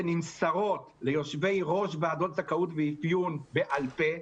נמסרות ליושבי ראש ועדות זכאות ואפיון בעל פה,